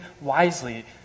wisely